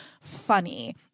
funny